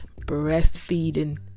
breastfeeding